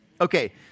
Okay